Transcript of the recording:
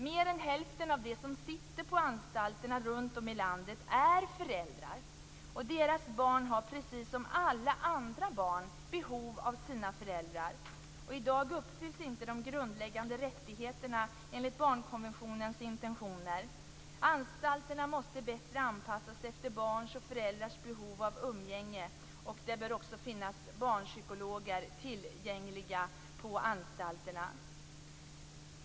Mer än hälften av dem som sitter på anstalterna runt om i landet är föräldrar. Deras barn har precis som alla andra barn behov av sina föräldrar. I dag uppfylls inte de grundläggande rättigheterna enligt barnkonventionens intentioner. Anstalterna måste bättre anpassas efter barns och föräldrars behov av umgänge. Det bör också finnas barnpsykologer tillgängliga på anstalterna.